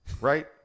right